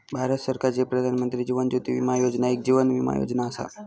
भारत सरकारची प्रधानमंत्री जीवन ज्योती विमा योजना एक जीवन विमा योजना असा